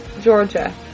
Georgia